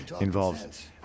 involves